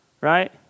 right